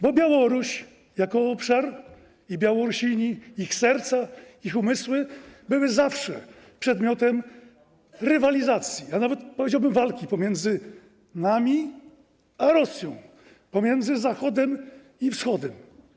Bo Białoruś jako obszar i Białorusini, ich serca, ich umysły, byli zawsze przedmiotem rywalizacji, a nawet, powiedziałbym, walki pomiędzy nami a Rosją, pomiędzy Zachodem i Wschodem.